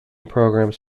programs